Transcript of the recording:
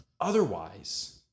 Otherwise